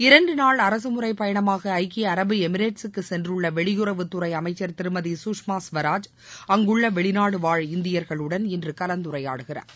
இரண்டு நாள் அரசுமுறை பயனமாக ஐக்கிய அரபு எமிரேட்ஸ் க்கு சென்றுள்ள வெளியுறவுத்துறை அமைச்சர் திருமதி குஷ்மா ஸ்வராஜ் அங்குள்ள வெளிநாடுவாழ் இந்தியர்களுடன் இன்று கலந்துரையாடுகிறார்